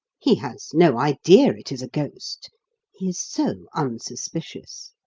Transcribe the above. he has no idea it is a ghost he is so unsuspicious.